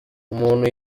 umuntu